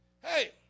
Hey